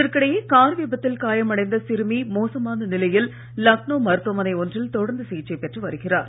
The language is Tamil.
இதற்கிடையே கார் விபத்தில் காயம் அடைந்த சிறுமி மோசமான நிலையில் லக்னொ மருத்துவமனை ஒன்றில் தொடர்ந்து சிகிச்சை பெற்று வருகிறார்